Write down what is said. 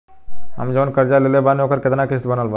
हम जऊन कर्जा लेले बानी ओकर केतना किश्त बनल बा?